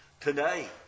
Today